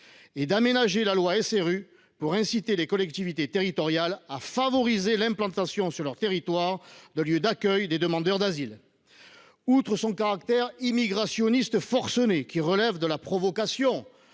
et d’« aménager la loi SRU pour inciter les collectivités territoriales à favoriser l’implantation sur leur territoire de lieux d’accueil des demandeurs d’asile ». Outre leur caractère immigrationniste forcené, qui relève de la provocation